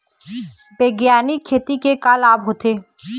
बैग्यानिक खेती के का लाभ होथे?